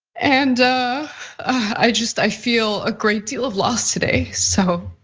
and i just i feel a great deal of loss today. so